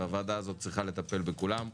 והוועדה הזאת צריכה לטפל בכולם.